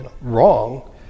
wrong